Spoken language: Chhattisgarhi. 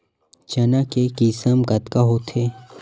चना के किसम कतका होथे?